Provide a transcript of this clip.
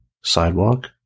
sidewalk